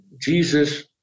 Jesus